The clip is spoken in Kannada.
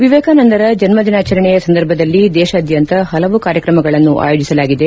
ವಿವೇಕಾನಂದರ ಜನ್ಮ ದಿನಾಚರಣೆಯ ಸಂದರ್ಭದಲ್ಲಿ ದೇಶಾದ್ಯಂತ ಹಲವು ಕಾರ್ಯಕ್ರಮಗಳನ್ನು ಆಯೋಜಿಸಲಾಗಿದೆ